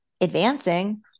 advancing